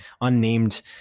unnamed